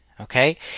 Okay